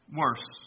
worse